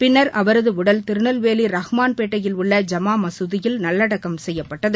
பின்னர் அவரது உடல் திருநெல்வேலி ரஹ்மான் பேட்டையில் உள்ள ஜம்மா மசூதியில் நல்லடக்கம் செய்யப்பட்டது